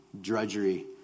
drudgery